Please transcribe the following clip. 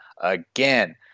Again